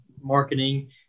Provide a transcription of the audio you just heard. marketing